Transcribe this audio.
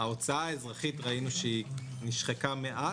ההוצאה האזרחית ראינו שהיא נשכחה מעט.